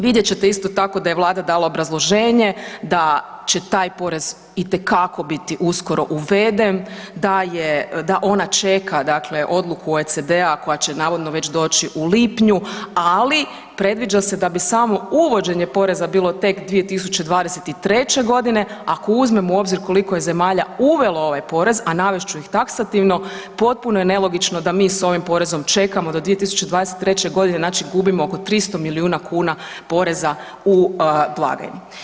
Vidjet ćete isto tako da je Vlada dala obrazloženje, da će taj porez itekako biti uskoro uveden, da ona čeka dakle odluku OECD-a koja će navodno već doći u lipnju, ali predviđa se da bi samo uvođenje poreza bilo tek 2023. g. ako uzmemo u obzir koliko je zemalja uvelo ovaj porez, a navest ću ih taksativno, potpuno je nelogično da mi sa ovim porezom čekamo do 2023. g., znači gubimo oko 300 milijuna kn poreza u blagajni.